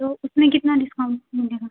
तो उसमें कितना डिस्काउन्ट मिलेगा